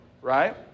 right